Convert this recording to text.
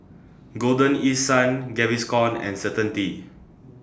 Golden East Sun Gaviscon and Certainty